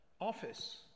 office